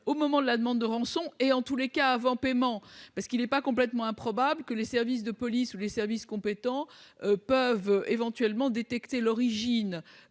au moment de la demande de rançon, en tout cas avant le paiement. En effet, il n'est pas complètement improbable que les services de police ou les services compétents puissent détecter l'origine